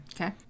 Okay